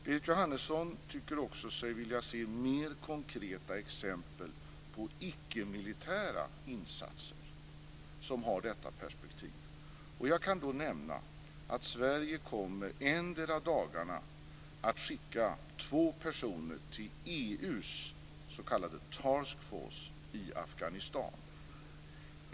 Berit Jóhannesson tycker sig också vilja se mer konkreta exempel på ickemilitära insatser som har detta perspektiv. Jag kan då nämna att Sverige endera dagarna kommer att skicka två personer till EU:s s.k. Task Force i Afghanistan.